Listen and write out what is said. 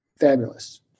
fabulous